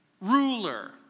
ruler